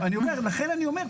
לכן אני אומר,